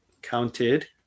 counted